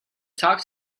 talk